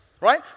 right